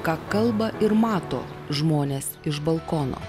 ką kalba ir mato žmones iš balkono